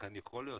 לכן יכול להיות